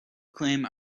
claim